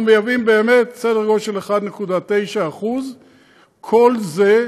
אנחנו מייבאים באמת סדר גודל של 1.9%. כל זה,